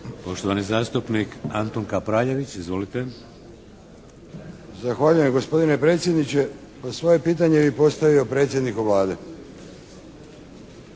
Poštovani zastupnik Antun Kapraljević. Izvolite! **Kapraljević, Antun (HNS)** Zahvaljujem gospodine predsjedniče. Svoje pitanje bi postavio predsjedniku Vlade.